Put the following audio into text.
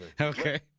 Okay